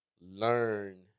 learn